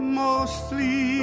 mostly